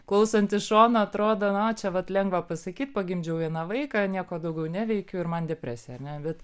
klausant iš šono atrodo a čia vat lengva pasakyt pagimdžiau vieną vaiką nieko daugiau neveikiu ir man depresija ar ne bet